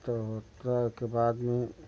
तो दोपहर के बाद में